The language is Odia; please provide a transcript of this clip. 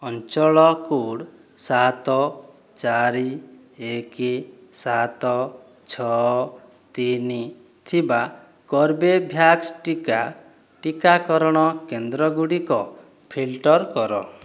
ଅଞ୍ଚଳ କୋଡ଼୍ ସାତ ଚାରି ଏକେ ସାତ ଛଅ ତିନି ଥିବା କର୍ବେଭ୍ୟାକ୍ସ ଟିକା ଟିକାକରଣ କେନ୍ଦ୍ରଗୁଡ଼ିକ ଫିଲ୍ଟର କର